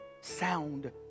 sound